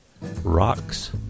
Rocks